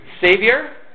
Savior